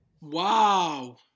Wow